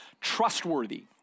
trustworthy